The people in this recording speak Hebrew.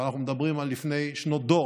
ואנחנו מדברים על לפני שנות דור,